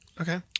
Okay